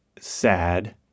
sad